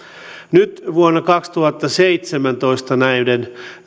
nyt vuonna kaksituhattaseitsemäntoista näiden